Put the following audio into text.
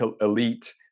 elite